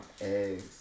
eggs